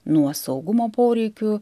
nuo saugumo poreikių